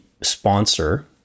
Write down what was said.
sponsor